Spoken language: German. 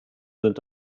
sind